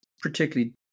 particularly